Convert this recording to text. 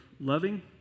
loving